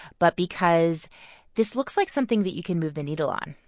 but because this looks like something that you can move the needle on,